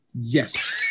Yes